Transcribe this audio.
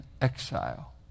exile